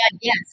Yes